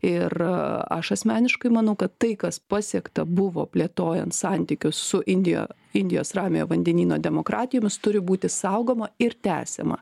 ir aš asmeniškai manau kad tai kas pasiekta buvo plėtojant santykius su indija indijos ramiojo vandenyno demokratijomis turi būti saugoma ir tęsiama